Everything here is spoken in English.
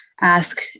ask